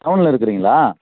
டவுனில் இருக்குறிங்களா